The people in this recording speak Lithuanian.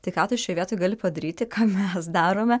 tai ką tu šioje vietoj gali padaryti ką mes darome